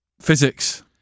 Physics